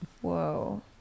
Whoa